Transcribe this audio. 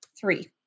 three